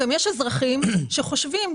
יש אזרחים שחושבים,